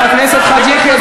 חבר הכנסת חאג' יחיא,